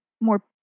more